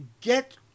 get